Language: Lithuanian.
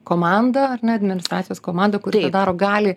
komanda ar ne administracijos komanda kuri tą daro gali